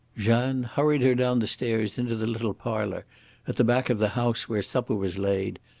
jeanne hurried her down the stairs into the little parlour at the back of the house, where supper was laid,